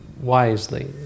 wisely